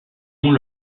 ont